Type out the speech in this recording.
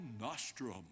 nostrum